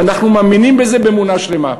ואנחנו מאמינים בזה באמונה שלמה.